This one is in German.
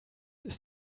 ist